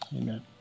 Amen